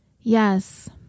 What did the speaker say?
Yes